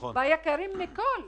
ביקרים מכל.